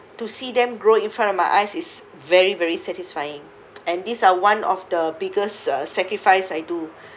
to see them grow in front of my eyes is very very satisfying and these are one of the biggest uh sacrifice I do